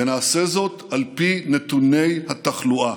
ונעשה זאת על פי נתוני התחלואה.